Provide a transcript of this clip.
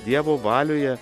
dievo valioje